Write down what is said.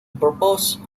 purpose